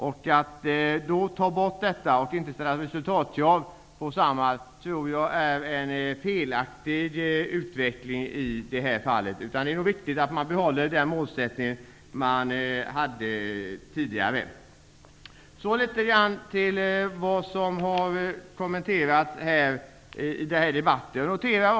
Då tror jag att det är en felaktig utveckling att ta bort detta och inte ställa resultatkrav på Samhall. Det är viktigt att vi behåller den målsättning som vi hade tidigare. Låt mig gå över till litet av det som har kommenterats här i debatten.